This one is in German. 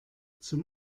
zum